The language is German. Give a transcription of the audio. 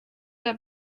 der